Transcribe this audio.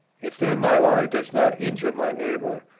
if then my lie does not injure my neighbour,